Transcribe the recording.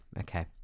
okay